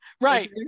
right